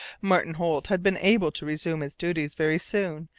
martin holt had been able to resume his duties very soon,